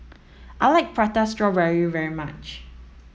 I like prata strawberry very much